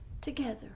together